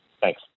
Thanks